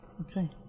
Okay